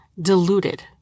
diluted